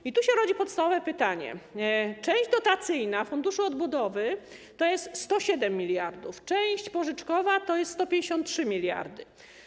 I tu się rodzi podstawowe pytanie - część dotacyjna Funduszu Odbudowy to jest 107 mld, część pożyczkowa to 153 mld.